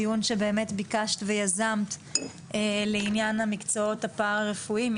דיון שבאמת ביקשת ויזמת לעניין המקצועות הפרא רפואיים.